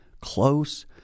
Close